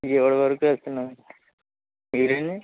విజయవాడ వరకు వెళ్తున్నా మీరండి